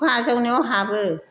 खखा आजावनायाव हाबो